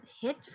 Hit